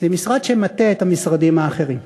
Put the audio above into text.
זה משרד שמטה את המשרדים האחרים.